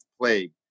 plague